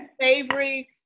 Savory